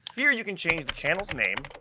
here you can change the channel's name,